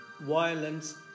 violence